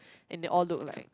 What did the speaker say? and they all look like